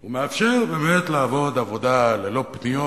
הוא מאפשר באמת לעבוד עבודה ללא פניות,